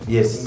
Yes